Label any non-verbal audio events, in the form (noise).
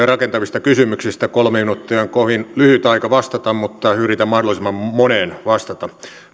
(unintelligible) rakentavista kysymyksistä kolme minuuttia on kovin lyhyt aika vastata mutta yritän mahdollisimman moneen vastata